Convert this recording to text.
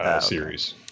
series